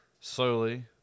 slowly